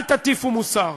אל תטיפו מוסר.